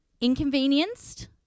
Inconvenienced